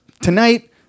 tonight